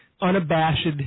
unabashed